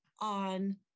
on